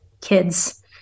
kids